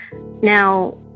Now